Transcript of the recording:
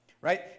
right